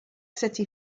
city